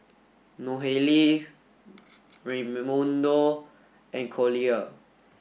Nohely Raymundo and Collier